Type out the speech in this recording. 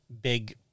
big